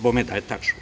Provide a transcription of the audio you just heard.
Dabome da je tačno.